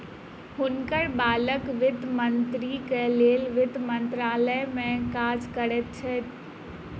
हुनकर बालक वित्त मंत्रीक लेल वित्त मंत्रालय में काज करैत छैथ